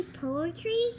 poetry